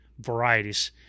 varieties